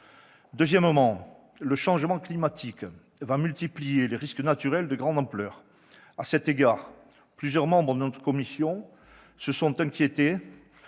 Deuxièmement, le changement climatique va multiplier les risques naturels de grande ampleur. À cet égard, plusieurs membres de la commission se sont inquiétés